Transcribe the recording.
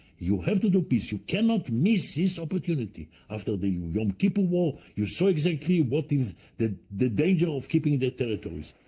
you have to do peace, you cannot miss this opportunity, after the the yom kippur war, you saw exactly what is the the danger of keeping the territories.